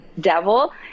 devil